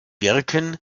wirken